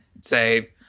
say